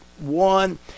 one